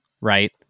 right